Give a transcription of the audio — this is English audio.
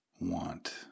want